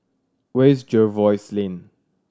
where is Jervois Lane